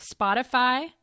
Spotify